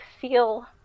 feel